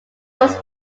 was